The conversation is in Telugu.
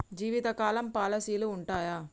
జీవితకాలం పాలసీలు ఉంటయా?